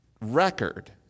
record